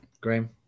graham